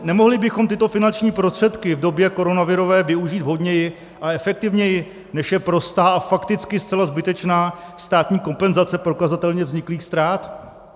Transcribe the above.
Nemohli bychom tyto finanční prostředky v době koronavirové využít vhodněji a efektivněji, než je prostá a fakticky zcela zbytečná státní kompenzace prokazatelně vzniklých ztrát?